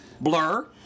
Blur